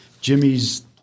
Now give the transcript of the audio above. Jimmy's